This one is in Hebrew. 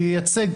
שייצג,